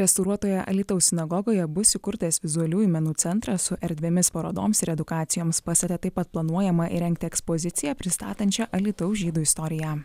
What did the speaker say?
restauruotoje alytaus sinagogoje bus įkurtas vizualiųjų menų centras su erdvėmis parodoms ir edukacijoms pastate taip pat planuojama įrengti ekspoziciją pristatančią alytaus žydų istoriją